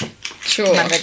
Sure